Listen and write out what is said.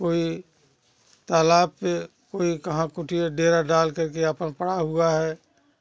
कोई तालाब पर कोई कहाँ कुटिया डेरा डालकर के आपन पड़ा हुआ है